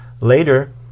Later